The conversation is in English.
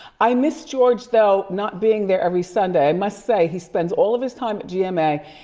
i miss george though, not being there every sunday. i must say, he spends all of his time at gma,